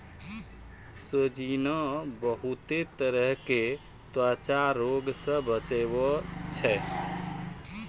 सोजीना बहुते तरह के त्वचा रोग से बचावै छै